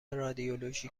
رادیولوژی